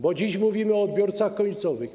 Bo dziś mówimy o odbiorcach końcowych.